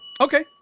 Okay